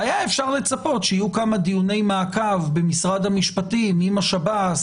היה אפשר לצפות שיהיו כמה דיוני מעקב במשרד המשפטים עם השב"ס,